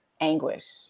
anguish